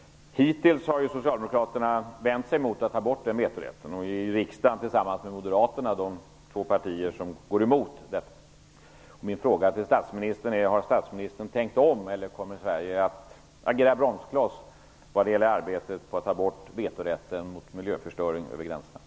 Hittills har ju Socialdemokraterna vänt sig mot att ta bort den vetorätten, och är i riksdagen tillsammans med Moderaterna de två partier som går emot detta. Min fråga till statsministern är: Har statsministern tänkt om, eller kommer Sverige att agera bromskloss i arbetet på att ta bort vetorätten mot miljöförstöring över gränserna?